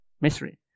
misery